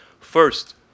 First